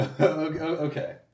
Okay